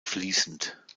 fließend